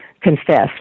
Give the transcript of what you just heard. confessed